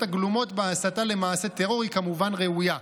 הגלומות בהסתה למעשה טרור היא כמובן ראויה.